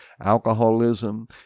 alcoholism